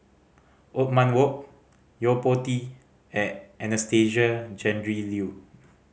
Othman Wok Yo Po Tee and Anastasia Tjendri Liew